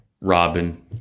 Robin